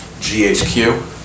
GHQ